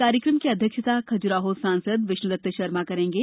कार्यक्रम की अध्यक्षता अध्यक्षता खजुराहो सांसद विष्णुदत्त शर्मा करेंगे